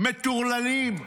מטורללים.